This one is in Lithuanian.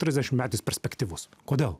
trisdešimtmetis perspektyvus kodėl